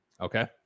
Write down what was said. okay